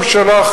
ראש הממשלה,